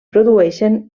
produeixen